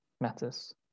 matters